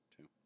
two